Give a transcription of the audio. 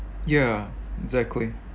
ya exactly